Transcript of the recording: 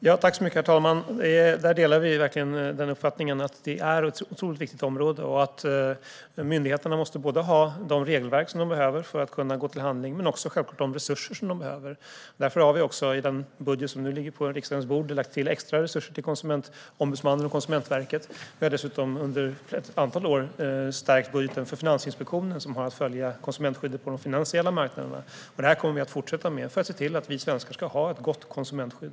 Herr talman! Jag delar uppfattningen att det är ett viktigt område och att myndigheterna både måste ha de regelverk de behöver för att kunna gå till handling och de resurser de behöver. Därför har vi i den budget som ligger på riksdagens bord lagt till extra resurser till Konsumentombudsmannen och Konsumentverket. Vi har dessutom under ett antal år stärkt budgeten för Finansinspektionen, som har att följa konsumentskyddet på de finansiella marknaderna. Detta kommer vi att fortsätta med för att se till att svenskarna har ett gott konsumentskydd.